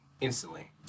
instantly